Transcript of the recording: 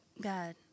God